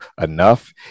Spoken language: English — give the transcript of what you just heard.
enough